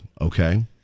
okay